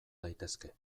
daitezke